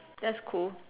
that's cool